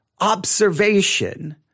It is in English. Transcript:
observation